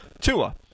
Tua